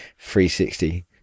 360